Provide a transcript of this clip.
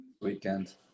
weekend